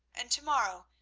and to-morrow,